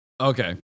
Okay